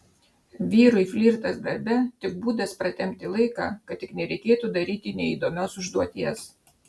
vyrui flirtas darbe tik būdas pratempti laiką kad tik nereikėtų daryti neįdomios užduoties